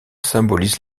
symbolise